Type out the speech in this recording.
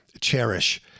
cherish